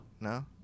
No